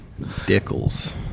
Dickles